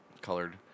colored